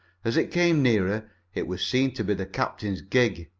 as it came nearer it was seen to be the captain's gig,